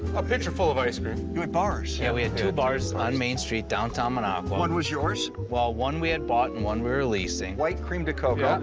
a pitcher full of ice cream. you had bars? yeah we had two bars on main street, downtown minocqua. one was yours? well one we had bought and one we were leasing. white cream de cocoa.